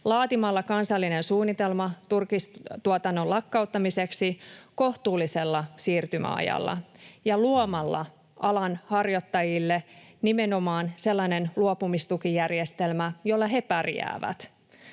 laatimalla kansallinen suunnitelma turkistuotannon lakkauttamiseksi kohtuullisella siirtymäajalla ja luomalla alan harjoittajille nimenomaan sellainen luopumistukijärjestelmä, jolla he pärjäävät.